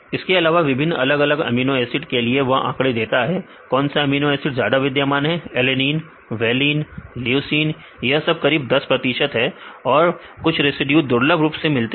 इसके अलावा विभिन्न अलग अलग अमीनो एसिड के लिए वह आंकड़े देता है कौन सा अमीनो एसिड ज्यादा विद्यमान है एलेनिन वेलिन लुसीन यह सब करीब 10 प्रतिशत है और कुछ रेसिड्यू दुर्लभ रूप से मिलते हैं